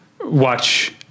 watch